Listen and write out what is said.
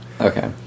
Okay